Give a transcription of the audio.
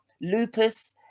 lupus